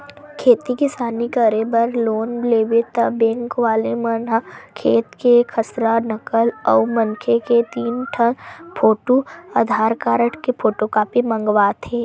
खेती किसानी करे बर लोन लेबे त बेंक वाले मन ह खेत के खसरा, नकल अउ मनखे के तीन ठन फोटू, आधार कारड के फोटूकापी मंगवाथे